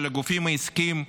של הגופים העסקיים,